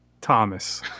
Thomas